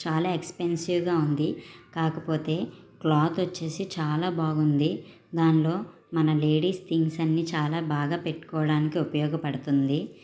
చాలా ఎక్సపెన్సివ్గా ఉంది కాకపోతే క్లాత్ వచ్చేసి చాలా బాగుంది దాంట్లో మన లేడీస్ థింగ్స్ అన్ని చాలా బాగా పెట్టుకోవడానికి ఉపయోగపడుతుంది